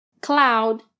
cloud